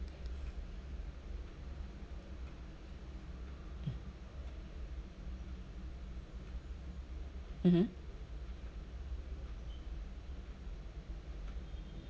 mmhmm